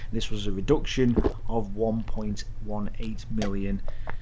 this was a reduction of one point one eight million.